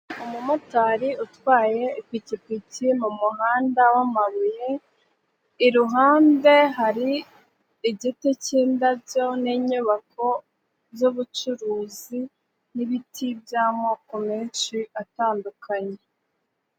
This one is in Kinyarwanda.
Umumotari utwaye ipikipiki mu muhanda w'amabuye , iruhande hari igiti cy'indabyo n'inyubako z'ubucuruzi n'ibiti by'amoko menshi atandukanye.